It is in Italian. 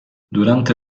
durante